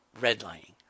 redlining